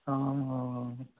অঁ অঁ অঁ